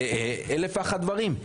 זה אלף ואחד דברים,